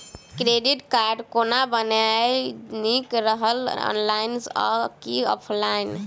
Credit card कोना बनेनाय नीक रहत? ऑनलाइन आ की ऑफलाइन?